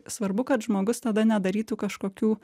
svarbu kad žmogus tada nedarytų kažkokių